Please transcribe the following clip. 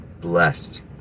blessed